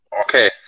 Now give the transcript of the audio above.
Okay